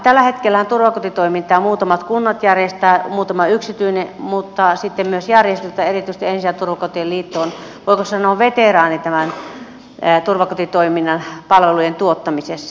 tällä hetkellähän turvakotitoimintaa järjestävät muutamat kunnat muutama yksityinen mutta sitten myös järjestöistä erityisesti ensi ja turvakotien liitto on voiko sanoa veteraani turvakotitoiminnan palvelujen tuottamisessa